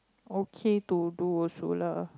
okay to do also lah